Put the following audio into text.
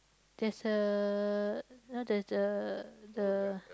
there's uh know there's the the